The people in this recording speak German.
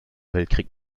weltkrieg